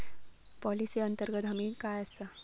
Policy अंतर्गत हमी काय आसा?